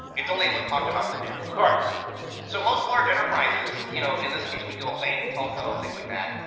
it's only what's talked about in the news of course so most large enterprises, you know in this case we deal with banks, telco, things like that,